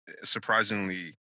surprisingly